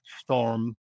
storm